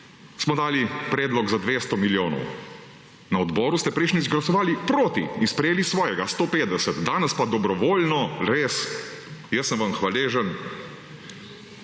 Smo dali predlog za 200 milijonov. Na odboru ste zadnjič izglasovali proti in sprejeli svojega 150, danes pa dobrovoljno, res, jaz sem vam hvaležen,